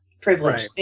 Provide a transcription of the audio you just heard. privilege